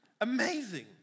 amazing